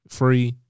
free